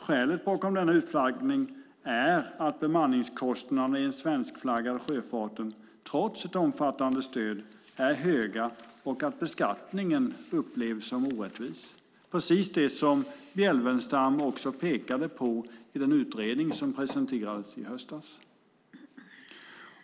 Skälet bakom denna utflaggning är att bemanningskostnaderna i den svenskflaggade sjöfarten, trots ett omfattande stöd, är höga och att beskattningen upplevs som orättvis - precis det som Bjelfvenstam också pekade på i den utredning som presenterades i höstas.